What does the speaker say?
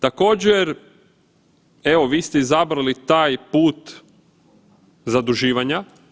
Također, evo vi ste izabrali taj put zaduživanja.